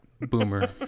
Boomer